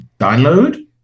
download